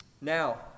Now